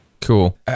Cool